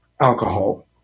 alcohol